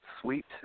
sweet